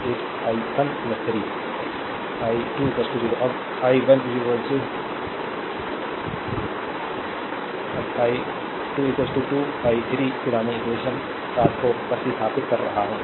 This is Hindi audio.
तो क्षमा करें 30 8 i 1 3 i2 0 अब i 1 3 i 3 और i2 2 i 3 इक्वेशन 7 को प्रतिस्थापित कर रहा है